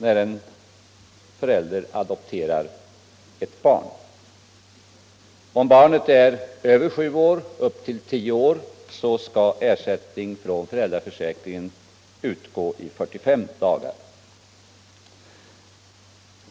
Om barnet är mellan sju och tio år skall ersättning från föräldraförsäkringen utgå i 45 dagar.